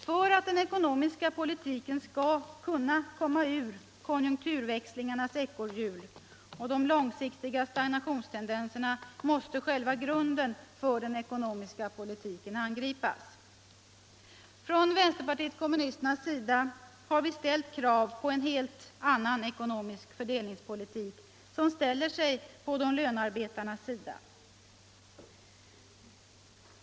För att den ekonomiska politiken skall kunna komma ur konjunkturväxlingarnas ekorrhjul och de långsiktiga stagnationstendenserna måste själva grunden för den ekonomiska politiken angripas. Från vänsterpartiet kommunisternas sida har vi rest krav på en helt annan ekonomisk fördelningspolitik som ställer sig på lönarbetarnas sida.